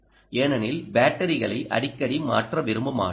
ஏனெனில் பேட்டரிகளை அடிக்கடி மாற்ற விரும்ப மாட்டோம்